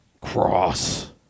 Cross